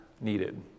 needed